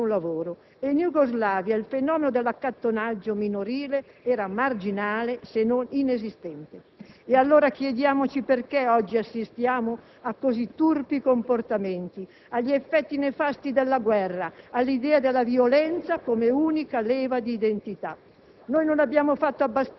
un tempo avevano un Paese e un lavoro. In Jugoslavia, il fenomeno dell'accattonaggio minorile era marginale, se non inesistente; allora, chiediamoci perché oggi assistiamo a così turpi comportamenti, agli effetti nefasti della guerra, all'idea della violenza come unica leva d'identità.